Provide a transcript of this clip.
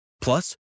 Plus